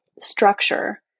structure